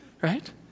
Right